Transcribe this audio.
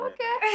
Okay